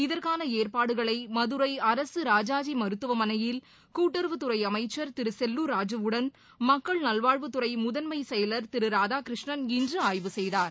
இதற்கான ஏற்பாடுகளை மதுரை அரசு ராஜாஜி மருத்துவமனையில் கூட்டுறவுத்துறை அமைச்சர் திரு செல்லூர் ராஜுவுடன் மக்கள் நல்வாழ்வுத்துறை முதன்மைச்செயலர் திரு ராதாகிருஷ்ணன் இன்று ஆய்வு செய்தார்